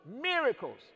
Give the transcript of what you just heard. miracles